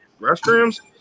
restrooms